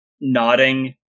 nodding